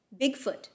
Bigfoot